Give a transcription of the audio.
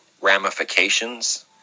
ramifications